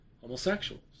homosexuals